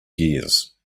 gears